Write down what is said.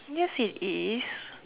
yes it is